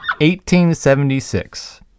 1876